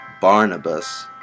barnabas